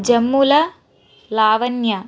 Jammula Lavanya